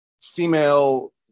female